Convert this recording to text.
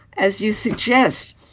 as you suggest,